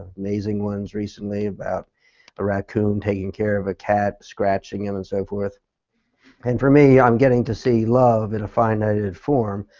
amazing ones recently about a raccoon taking care of a cat. scratching him and and so forth and for me i'm getting to see love in a finite form.